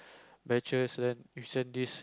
batches then you send this